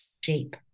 shape